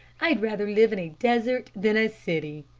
i'd rather live in a desert than a city.